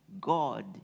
God